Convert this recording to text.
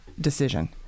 decision